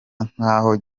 nk’aho